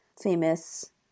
famous